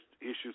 issues